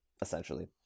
essentially